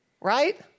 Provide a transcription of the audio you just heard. Right